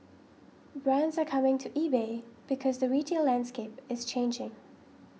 brands are coming to eBay because the retail landscape is changing